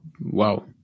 wow